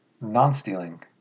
non-stealing